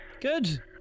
good